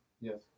Yes